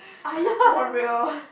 are you for real